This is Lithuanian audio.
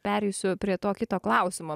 pereisiu prie to kito klausimo